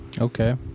Okay